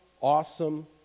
awesome